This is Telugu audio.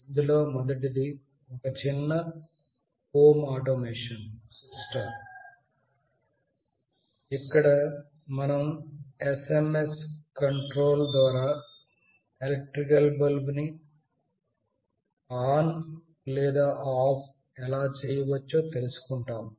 ఇందులో మొదటిది ఒక చిన్న హోమ్ ఆటోమేషన్ సిస్టమ్ ఇక్కడ మనం యెస్ ఎమ్ యెస్ కంట్రోల్ ద్వారా ఎలక్ట్రికల్ బల్బ్ ని ఆన్ లేదా ఆఫ్ ఎలా చేయవచ్చో తెలుసుకొంటాము